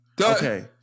Okay